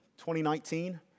2019